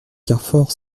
carfor